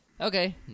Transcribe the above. Okay